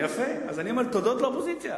יפה, אז אני אומר,